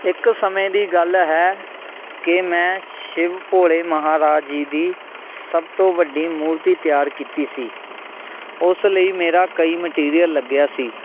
ਇੱਕ ਸਮੇਂ ਦੀ ਗੱਲ ਹੈ ਕਿ ਮੈਂ ਸ਼ਿਵ ਭੋਲੇ ਮਹਾਰਾਜ ਜੀ ਦੀ ਸਭ ਤੋਂ ਵੱਡੀ ਮੂਰਤੀ ਤਿਆਰ ਕੀਤੀ ਸੀ ਉਸ ਲਈ ਮੇਰਾ ਕਈ ਮਟੀਰੀਅਲ ਲੱਗਿਆ ਸੀ